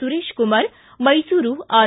Suresh Kumar Mysuru R